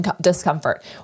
discomfort